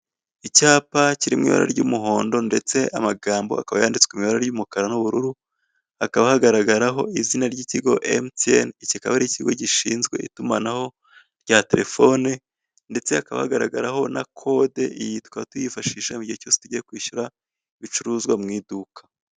Icyapa cya sosiyete y'itumanaho ya MTN, gishishikariza abantu kwishyura bakoresheje ikoranabuhanga.